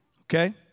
Okay